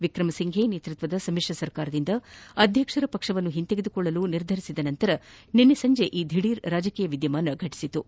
ವಿಕ್ರಮಸಿಂಘೆ ನೇತೃತ್ವದ ಸಮಿಶ್ರ ಸರ್ಕಾರದಿಂದ ಅಧ್ಯಕ್ಷರ ಪಕ್ಷವನ್ನು ಹಿಂತೆಗೆದುಕೊಳ್ಳಲು ನಿರ್ಧರಿಸಿದ ನಂತರ ನಿನ್ನೆ ಸಂಜೆ ಈ ದಿಢೀರ್ ರಾಜಕೀಯ ವಿದ್ಯಮಾನಗಳು ಘಟಿಸಿವೆ